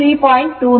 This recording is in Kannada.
29 11